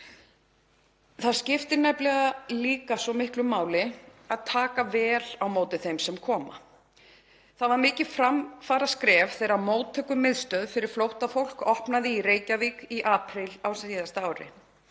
Það skiptir nefnilega líka svo miklu máli að taka vel á móti þeim sem koma. Það var mikið framfaraskref þegar móttökumiðstöð fyrir flóttafólk opnaði í Reykjavík í apríl á síðasta ári.